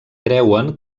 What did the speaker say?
creuen